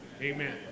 Amen